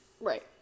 Right